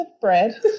bread